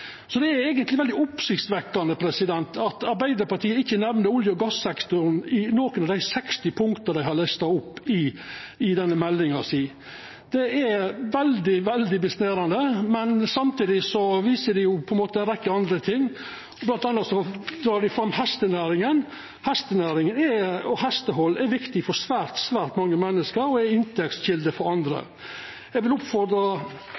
Det er eigentleg veldig oppsiktsvekkjande at Arbeidarpartiet ikkje nemner olje- og gassektoren i nokon av dei 60 punkta dei har lista opp i denne innstillinga. Det er veldig fascinerande, men samtidig viser dei jo ei rekkje andre ting. Blant anna dreg dei fram hestenæringa. Hestenæringa og hestehald er viktig for svært mange menneske og ei inntektskjelde for andre. Eg vil